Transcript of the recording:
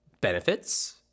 benefits